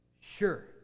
sure